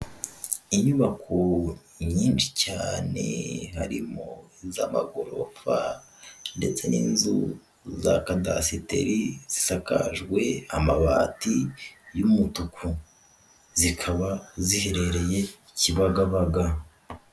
Inyubako nyinshi cyane, harimo iz'amagorofa ndetse n'inzu za kadasiteri zisakajwe amabati y'umutuku, zikaba ziherereye Kibagabaga.